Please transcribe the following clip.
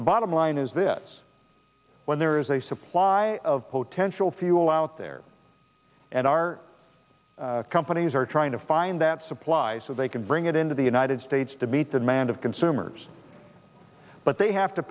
i'm line is this when there is a supply of potential fuel out there and our companies are trying to find that supplies so they can bring it into the united states to meet the demand of consumers but they have to